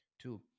two